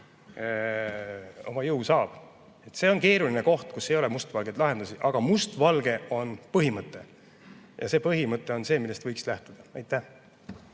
oma jõu saab. See on keeruline [probleem], kus ei ole mustvalgeid lahendusi. Aga mustvalge on põhimõte, ja see põhimõte on see, millest võiks lähtuda. Siin